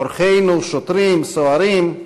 אורחינו, שוטרים, סוהרים,